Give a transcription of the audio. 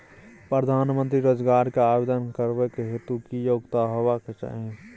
प्रधानमंत्री रोजगार के आवेदन करबैक हेतु की योग्यता होबाक चाही?